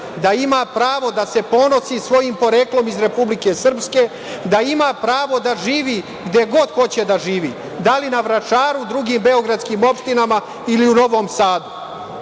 da ima pravo da se ponosi svojim poreklom iz Republike Srpske, da ima pravo da živi gde god hoće da živi, da li na Vračaru, u drugim beogradskim opštinama ili u Novom Sadu.